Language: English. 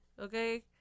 Okay